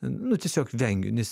nu tiesiog vengiu nes